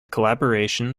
collaboration